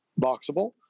Boxable